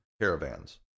caravans